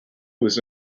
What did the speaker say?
was